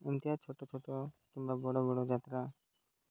ଏମିତିଆ ଛୋଟ ଛୋଟ କିମ୍ବା ବଡ଼ ବଡ଼ ଯାତ୍ରା